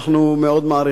אנחנו כמעט